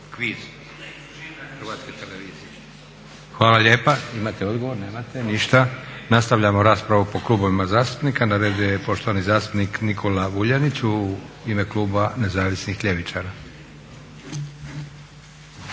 Hvala lijepa. Imate odgovor? Nemate? Ništa. Nastavljamo raspravu po klubovima zastupnika. Na redu je poštovani zastupnik Nikola Vuljanić, u ime kluba Nezavisnih ljevičara.